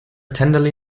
tenderly